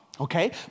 okay